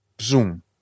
zoom